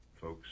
folks